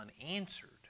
unanswered